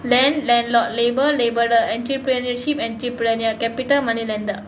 land landlord labour labourer enterpreneurship entrepreneur capital moneylender